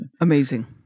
Amazing